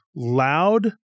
loud